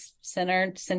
centered